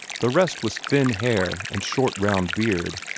the rest was thin hair and short round beard,